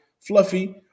fluffy